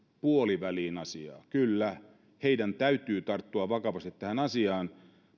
puoliväliin asiaa kyllä heidän täytyy tarttua vakavasti tähän asiaan